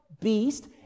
beast